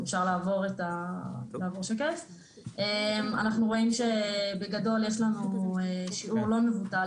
אנחנו רואים שבגדול יש לנו שיעור לא מבוטל